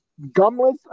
gumless